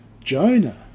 Jonah